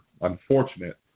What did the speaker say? unfortunate